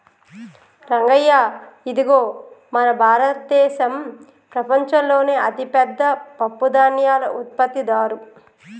రంగయ్య ఇదిగో మన భారతదేసం ప్రపంచంలోనే అతిపెద్ద పప్పుధాన్యాల ఉత్పత్తిదారు